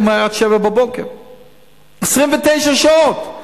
אמר לי: עד 07:00. 29 שעות,